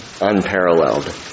Unparalleled